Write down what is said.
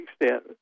extent